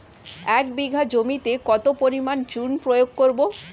এক বিঘা জমিতে কত পরিমাণ চুন প্রয়োগ করব?